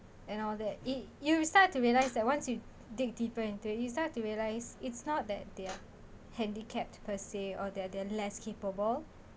and all that it you will start to realise that once you dig deeper into you start to realise it's not that they're handicapped per se or they they're less capable